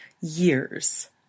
years